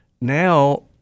now